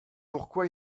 pourquoi